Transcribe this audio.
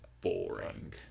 boring